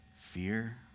fear